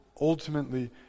ultimately